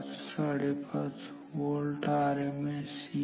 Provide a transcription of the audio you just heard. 5 volt RMS येईल